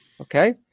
Okay